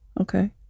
Okay